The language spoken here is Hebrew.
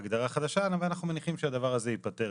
הגדרה חדשה ואנחנו מניחים שהדבר הזה ייפתר.